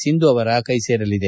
ಸಿಂಧು ಅವರ ಕೈಸೇರಲಿದೆ